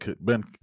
Ben